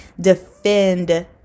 defend